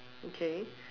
okay